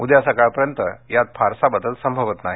उद्या सकाळपर्यंत यात फारसा बदल संभवत नाही